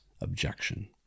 objection